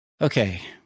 okay